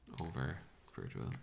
over-spiritual